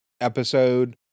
episode